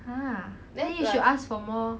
!huh! then you should ask for more